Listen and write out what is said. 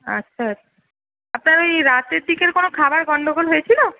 আচ্ছা আপনার ওই রাতের দিকে কোন খাবার গণ্ডগোল হয়েছিল